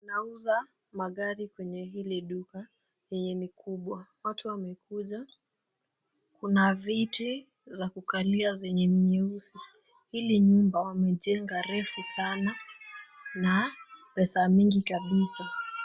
Wanauza magari kwenye hili duka yenye ni kubwa. Watu wamekuja, kuna viti za kukalia zenye ni nyeusi. Hili nyumba wamejenga refu sana na pesa mingi kabisa.